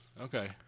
Okay